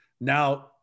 now